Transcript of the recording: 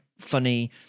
funny